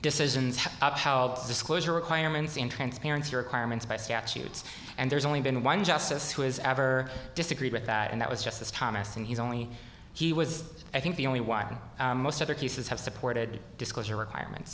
decisions have disclosure requirements and transparency requirements by statutes and there's only been one justice who has ever disagreed with that and that was justice thomas and he's only he was i think the only one most other cases have supported disclosure requirement